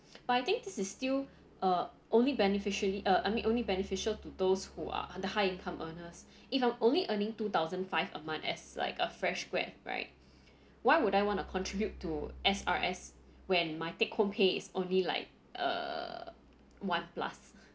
but I think this is still uh only beneficially ah I mean only beneficial to those who are the high-income earners if I'm only earning two thousand five a month as like a fresh grad right why would I want to contribute to S_R_S when my take home pay is only like err one plus